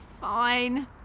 Fine